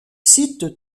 cite